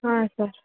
ಹಾಂ ಸರ್